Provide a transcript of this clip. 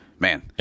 Man